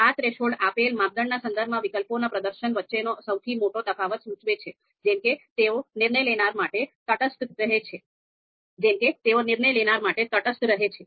આ થ્રેશોલ્ડ આપેલ માપદંડના સંદર્ભમાં વિકલ્પોના પ્રદર્શન વચ્ચેનો સૌથી મોટો તફાવત સૂચવે છે જેમ કે તેઓ નિર્ણય લેનાર માટે તટસ્થ રહે છે